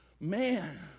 man